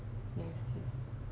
yes yes